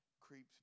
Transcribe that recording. creeps